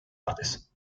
artes